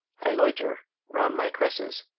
i loiter round my cresses